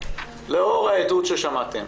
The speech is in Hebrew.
לאור העדות ששמעתם,